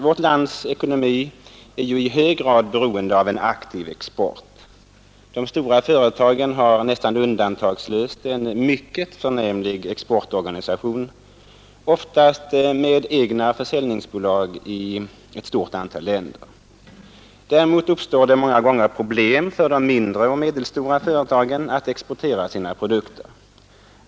Vårt lands ekonomi är ju i hög grad beroende av en aktiv export. De stora företagen har nästan undantagslöst en mycket förnämlig exportorganisation, oftast med egna försäljningsbolag i ett stort antal länder. Däremot uppstår det många gånger problem för de mindre och medelstora företagen att exportera sina produkter.